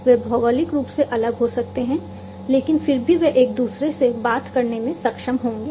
वे भौगोलिक रूप से अलग हो सकते हैं लेकिन फिर भी वे एक दूसरे से बात करने में सक्षम होंगे